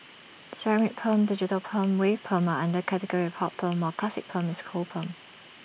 ceramic perm digital perm wave perm are under category of hot perm while classic perm is cold perm